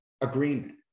agreement